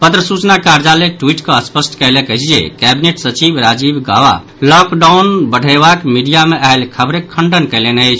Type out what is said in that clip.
पत्र सूचना कार्यालय ट्वीट कऽ स्पष्ट कयलक अछि जे कैबिनेट सचिव राजीव गॉबा लॉकडाउन बढ़यबाक मीडिया मे आयल खबरिक खंडन कयलनि अछि